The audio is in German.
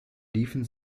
liefen